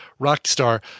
Rockstar